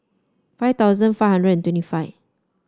five thousand five hundred twenty five